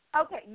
Okay